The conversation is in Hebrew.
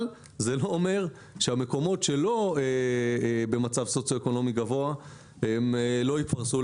אבל זה לא אומר שהמקומות שלא במצב סוציו אקונומי גבוה לא ייפרסו.